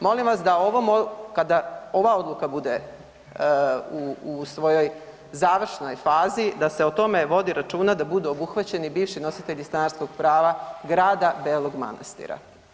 Molim vas da ovom .../nerazumljivo/... kada ova odluka bude u svojoj završnoj fazi, da se o tome vodi računa da budu obuhvaćeni bivši nositelji stanarskog prava grada Belog Manastira.